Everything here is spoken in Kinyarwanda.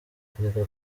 kureka